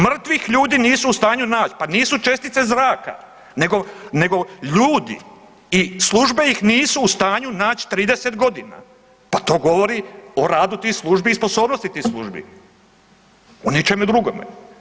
Mrtvih ljudi nisu u stanju naći, pa nisu čestice zraka, nego ljudi i službe ih nisu u stanju naći 30 godina, pa to govori o radu tih službi i sposobnosti tih službi o ničemu drugome.